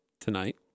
tonight